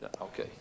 Okay